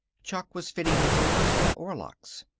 chuck was fitting his oars in the oarlocks.